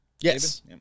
Yes